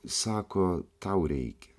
sako tau reikia